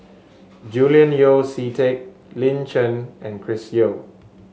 Julian Yeo See Teck Lin Chen and Chris Yeo